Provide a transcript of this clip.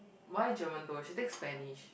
why German though you should take Spanish